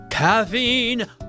Caffeine